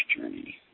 journey